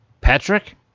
Patrick